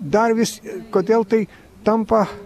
dar vis kodėl tai tampa